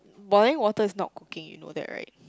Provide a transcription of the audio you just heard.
boiling water is not cooking you know that right